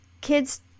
kids